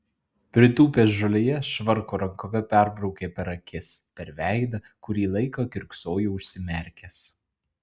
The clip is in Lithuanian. pritūpęs žolėje švarko rankove perbraukė per akis per veidą kurį laiką kiurksojo užsimerkęs